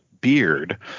beard